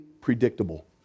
predictable